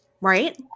Right